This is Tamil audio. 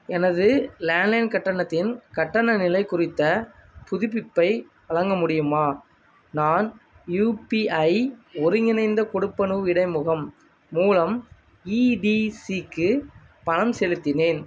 எனது லேண்ட் லைன் கட்டணத்தின் கட்டண நிலை குறித்த புதுப்பிப்பை வழங்க முடியுமா நான் யூபிஐ ஒருங்கிணைந்த கொடுப்பனவு இடைமுகம் மூலம் ஈடிசிக்கு பணம் செலுத்தினேன்